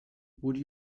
would